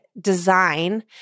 design